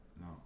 no